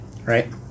Right